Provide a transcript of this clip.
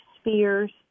spheres